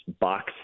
box